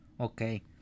Okay